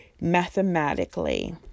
mathematically